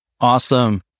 Awesome